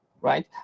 right